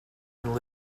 and